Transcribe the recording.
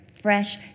fresh